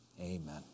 Amen